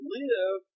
live